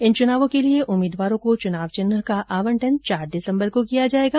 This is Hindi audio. इन चुनावों के लिए उम्मीदवारों को चुनाव चिन्ह का आवंटन चार दिसंबर को किया जाएगा